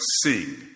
sing